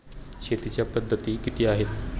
शेतीच्या पद्धती किती आहेत?